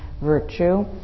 virtue